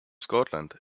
scotland